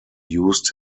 used